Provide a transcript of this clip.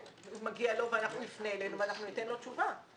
מגיע לו ואנחנו נפנה אליהם ואנחנו ניתן לו תשובה.